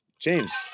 James